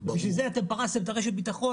בשביל זה אתם פרסתם את רשת הביטחון,